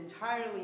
entirely